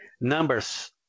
numbers